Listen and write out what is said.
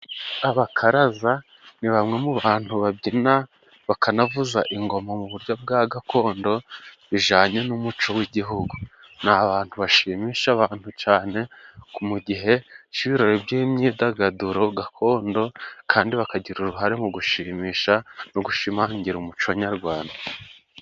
Abakaraza ni bamwe mu bantu babyina, bakanavuza ingoma mu buryo bwa gakondo bijanye n'umuco w'igihugu. Ni abantu bashimisha abantu cane mu gihe c'ibirori by'imyidagaduro gakondo, kandi bakagira uruhare mu gushimisha no gushimangira umuco nyarwanda.